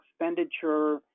expenditure